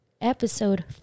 episode